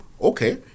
Okay